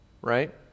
Right